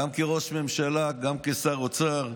גם כראש ממשלה, גם כשר אוצר.